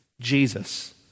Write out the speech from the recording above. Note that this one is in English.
Jesus